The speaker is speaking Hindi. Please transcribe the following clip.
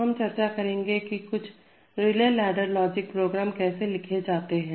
और हम चर्चा करेंगे कि कुछ रिले लैडर लॉजिक प्रोग्राम कैसे लिखें जाते हैं